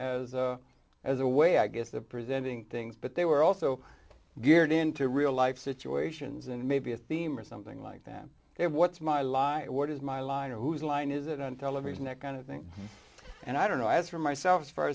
as a as a way i guess of presenting things but they were also geared into real life situations and maybe a theme or something like that they're what's my life what is my line whose line is it on television that kind of thing and i don't know as for myself